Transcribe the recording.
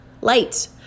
light